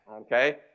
okay